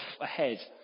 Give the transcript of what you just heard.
ahead